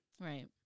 Right